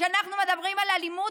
כשאנחנו מדברים על אלימות,